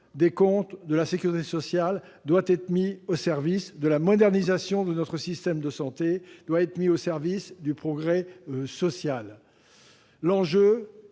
des comptes de la sécurité sociale doit être mis au service de la modernisation de notre système de santé et du progrès social. L'enjeu,